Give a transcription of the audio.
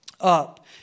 up